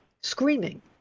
screaming